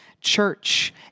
Church